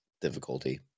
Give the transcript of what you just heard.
difficulty